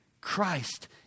Christ